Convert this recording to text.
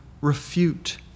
refute